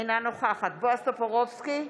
אינה נוכחת בועז טופורובסקי,